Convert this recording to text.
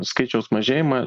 skaičiaus mažėjimą